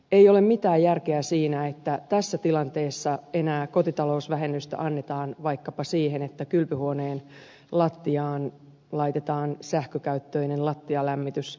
ei ole mitään järkeä siinä että tässä tilanteessa enää kotitalousvähennystä annetaan vaikkapa siihen että kylpyhuoneen lattiaan laitetaan sähkökäyttöinen lattialämmitys